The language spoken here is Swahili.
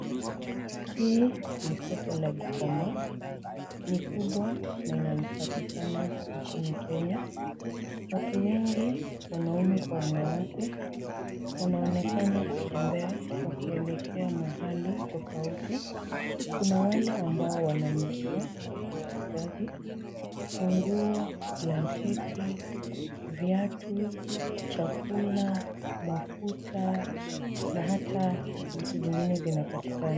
Hii ni soko la Gikomba, ni kubwa na inapatikana nchini Kenya, watu wengi wanaume kwa wanawake wanaonekana kutembea wakielekea mahali tofauti. Kuna wale ambao wananunua kwa wauzaji; manguo, blanketi, viatu, chakula, mafuta na hata vitu vingine vinapatikana.